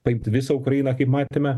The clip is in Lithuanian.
paimti visą ukrainą kaip matėme